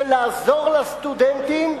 לעזור לסטודנטים,